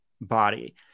body